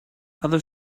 other